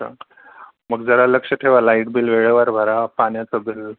अच्छा मग जरा लक्ष ठेवा लाईट बिल वेळेवर भरा पाण्याचं बिल